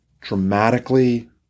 dramatically